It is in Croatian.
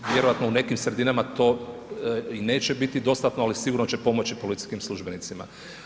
Vjerojatno u nekim sredinama to i neće biti dostatno ali sigurno će pomoći policijskim službenicima.